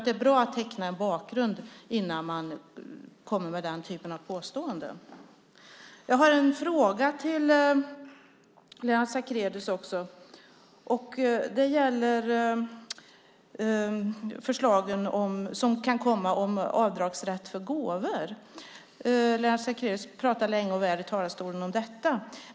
Det är bra att teckna en bakgrund innan man kommer med den här typen av påståenden. Jag har en fråga till Lennart Sacrédeus. Den gäller de förslag som kan komma om avdragsrätt för gåvor. Lennart Sacrédeus pratade länge och väl i talarstolen om detta.